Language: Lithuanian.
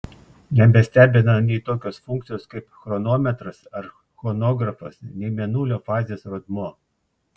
nebestebina nei tokios funkcijos kaip chronometras ar chronografas nei mėnulio fazės rodmuo